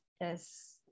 Yes